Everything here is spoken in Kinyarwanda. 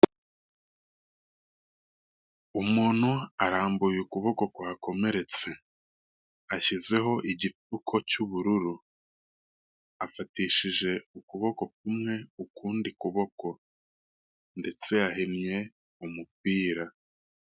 Umuntu arambuye ukuboko kwakomeretse, ashyizeho igipfuko cy'ubururu, afatishije ukuboko kumwe ukundi kuboko ndetse yahinnye umupira.